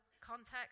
context